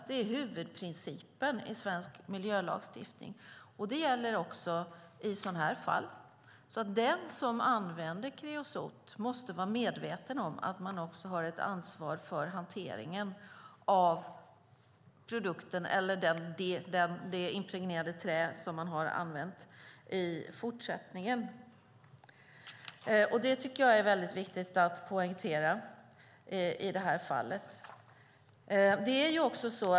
Det är huvudprincipen i svensk miljölagstiftning. Det gäller också i sådana här fall. Den som använder kreosot måste vara medveten om att man också i fortsättningen har ett ansvar för hanteringen av det impregnerade trä som man har använt. Det tycker jag är mycket viktigt att poängtera i det här fallet.